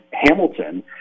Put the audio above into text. Hamilton